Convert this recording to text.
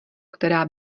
která